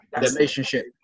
relationship